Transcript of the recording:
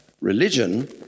religion